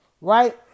right